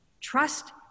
Trust